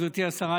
גברתי השרה,